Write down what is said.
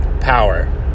power